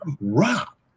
Rock